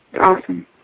Awesome